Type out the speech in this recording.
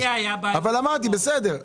אבל אמרתי בסדר,